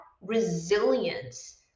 resilience